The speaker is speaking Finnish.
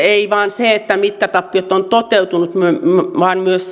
ei vain siltä kannalta mitkä tappiot ovat toteutuneet vaan myös